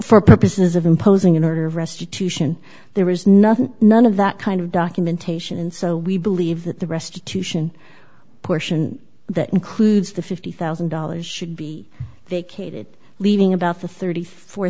for purposes of imposing an order of restitution there is nothing none of that kind of documentation and so we believe that the restitution portion that includes the fifty thousand dollars should be vacated leaving about the thirty four